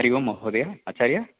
हरिः ओं महोदय आचार्य